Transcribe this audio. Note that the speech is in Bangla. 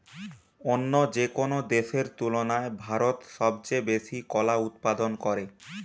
অন্য যেকোনো দেশের তুলনায় ভারত সবচেয়ে বেশি কলা উৎপাদন করে